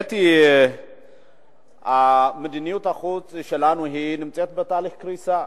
האמת היא שמדיניות החוץ שלנו נמצאת בתהליך קריסה.